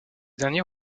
derniers